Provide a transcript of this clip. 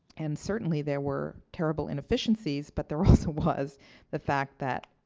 and certainly, there were terrible inefficiencies. but there also was the fact that,